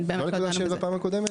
לא נקודה שדיברנו עליה בפעם הקודמת?